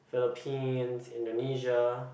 Philippines Indonesia